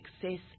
success